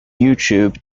youtube